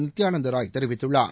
நித்தியானந்த ராய் தெரிவித்துள்ளார்